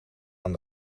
aan